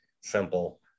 simple